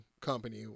company